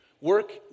Work